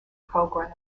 program